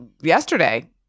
yesterday